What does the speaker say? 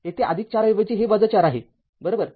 येथे ४ ऐवजी हे ४ आहे बरोबर